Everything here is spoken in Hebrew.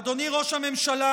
אדוני ראש הממשלה,